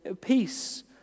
Peace